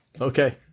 Okay